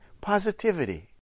positivity